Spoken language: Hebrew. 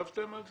חשבתם על זה?